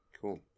Cool